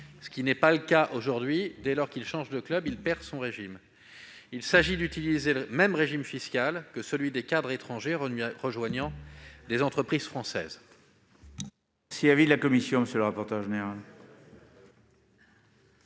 ce qui n'est pas le cas aujourd'hui : dès qu'il change de club, il perd son régime. Il s'agit d'utiliser le même régime fiscal que celui des cadres étrangers rejoignant des entreprises françaises.